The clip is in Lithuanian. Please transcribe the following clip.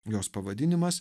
jos pavadinimas